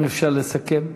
אם אפשר לסכם.